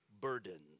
burdens